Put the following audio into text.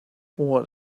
what